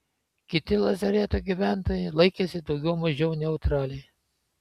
kiti lazareto gyventojai laikėsi daugiau mažiau neutraliai